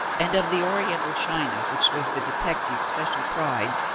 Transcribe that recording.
and of the oriental china which was the detective's special pride,